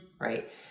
Right